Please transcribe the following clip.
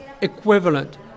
equivalent